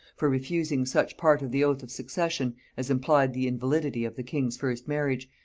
for refusing such part of the oath of succession as implied the invalidity of the king's first marriage,